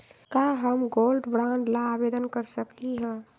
का हम gold bond ला आवेदन कर सकली ह?